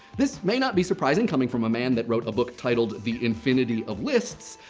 this may not be surprising coming from a man that wrote a book titled the infinity of lists,